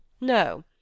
No